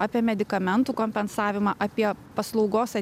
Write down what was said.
apie medikamentų kompensavimą apie paslaugos